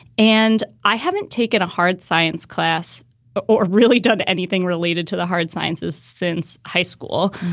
and i haven't taken a hard science class or really done anything related to the hard sciences since high school.